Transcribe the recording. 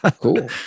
cool